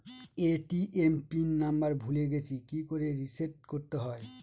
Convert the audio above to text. ATM PIN number ভুলে গেছি কি করে রিসেট করতে হয়?